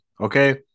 okay